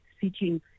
seeking